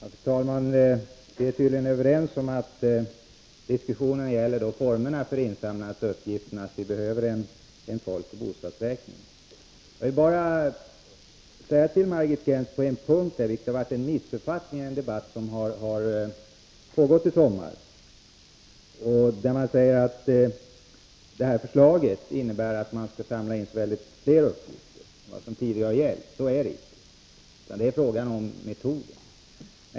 Fru talman! Vi är tydligen överens om att diskussionen gäller formerna för insamlandet av uppgifterna, och att vi behöver en folkoch bostadsräkning. Jag vill bara säga till Margit Gennser att det på en punkt har varit en missuppfattning i den debatt som har pågått i sommar. I den debatten sades att det här förslaget innebär att man skulle samla in så många fler uppgifter än vad som tidigare har skett. Så är det icke. Det är metoden som det gäller.